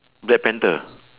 black panther